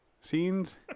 scenes